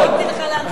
הרמתי לך להנחתה.